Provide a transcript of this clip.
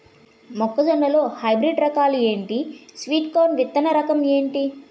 మొక్క జొన్న లో హైబ్రిడ్ రకాలు ఎంటి? స్వీట్ కార్న్ విత్తన రకం ఏంటి?